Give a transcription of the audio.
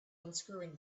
unscrewing